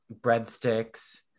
breadsticks